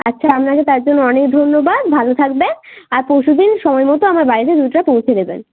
আচ্ছা আপনাকে তার জন্য অনেক ধন্যবাদ ভালো থাকবেন আর পরশুদিন সময় মতো আমার বাড়িতে দুধটা পৌঁছে দেবেন